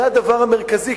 זה הדבר המרכזי.